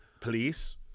police